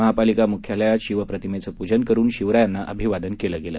महापालिका मुख्यालयात शिवप्रतिमेचं पूजन करून शिवरायांना अभिवादन केलं गेलं